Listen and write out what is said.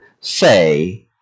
say